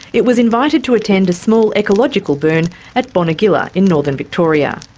it was invited to attend a small ecological burn at bonegilla in northern victoria.